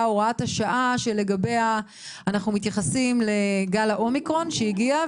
הוראת השעה שלגביה אנחנו מתייחסים לגל האומיקרון שהגיע,